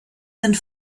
sind